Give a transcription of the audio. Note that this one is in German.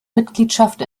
mitgliedschaft